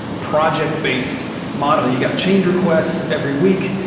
project-based model. you got change requests every week.